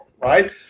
Right